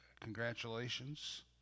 congratulations